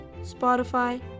Spotify